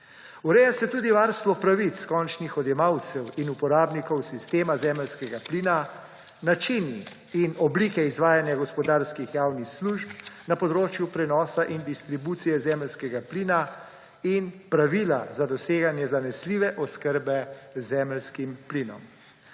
Urejajo se tudi varstvo pravic končnih odjemalcev in uporabnikov sistema zemeljskega plina, načini in oblike izvajanja gospodarskih javnih služb na področju prenosa in distribucije zemeljskega plina in pravila za doseganje zanesljive oskrbe z zemeljskim plinom.